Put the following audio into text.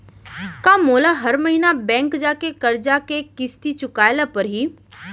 का मोला हर महीना बैंक जाके करजा के किस्ती चुकाए ल परहि?